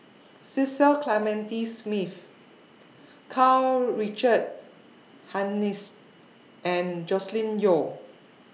Cecil Clementi Smith Karl Richard Hanitsch and Joscelin Yeo